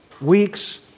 weeks